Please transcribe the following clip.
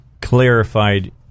clarified